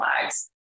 flags